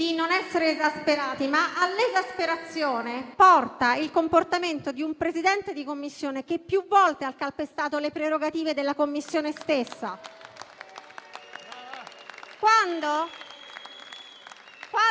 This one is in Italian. di non essere esasperati, ma all'esasperazione porta il comportamento di un Presidente di Commissione che più volte ha calpestato le prerogative della Commissione stessa quando